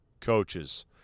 coaches